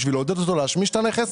בשביל לעודד אותו להשמיש את הנכס,